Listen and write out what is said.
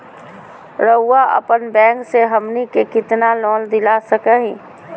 रउरा अपन बैंक से हमनी के कितना लोन दिला सकही?